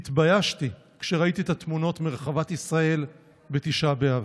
התביישתי כשראיתי את התמונות מרחבת ישראל בתשעה באב.